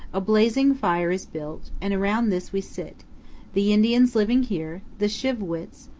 a blazing fire is built, and around this we sit the indians living here, the shi'vwits,